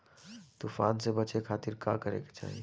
तूफान से बचे खातिर का करे के चाहीं?